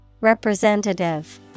Representative